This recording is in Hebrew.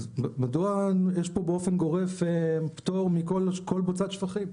אז מדוע יש פה באופן גורף פטור מכל בוצת שפכים?